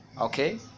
okay